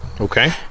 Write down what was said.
Okay